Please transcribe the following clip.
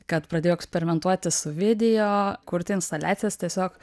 kad pradėjau eksperimentuoti su video kurti instaliacijas tiesiog